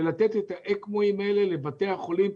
ולתת את המכשירים האלה לבתי החולים.